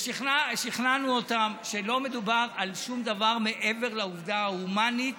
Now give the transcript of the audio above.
שכנענו אותם שלא מדובר על שום דבר מעבר לעובדה ההומנית